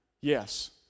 Yes